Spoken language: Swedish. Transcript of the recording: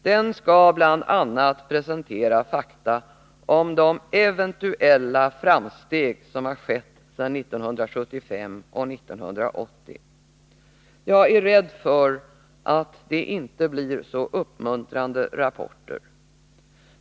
Den skall bl.a. presentera fakta om de eventuella framsteg som skett sedan 1975 och 1980. Jag är rädd för att det inte blir så uppmuntrande rapporter.